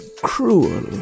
cruel